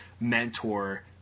mentor